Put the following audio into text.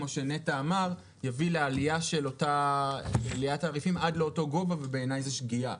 כמו שנטע אמר יביא לעליית תעריפים עד לאותו הגובה ובעיני זו שגיאה.